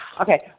Okay